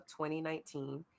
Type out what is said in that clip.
2019